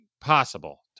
possible